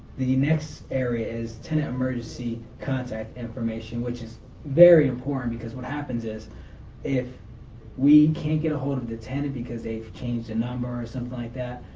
the next area is tenant emergency contact information, which is very important because what happens is if we can't get a hold of the tenant because they've changed the number and like that,